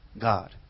God